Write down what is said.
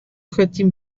хотим